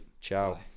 ciao